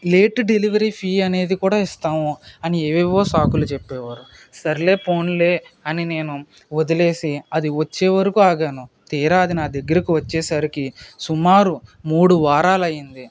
late delivery fee అనేది కూడా ఇస్తాము అని ఏవేవో సాకులు చెప్పేవారు సర్లే పోనిలే అని నేను వదిలేసి అది వచ్చేవరకు ఆగాను తీరా అది నా దగ్గరకి వచ్చేసరికి సుమారు మూడు వారాలు అయ్యింది